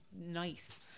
Nice